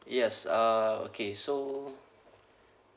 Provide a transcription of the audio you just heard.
yes uh okay so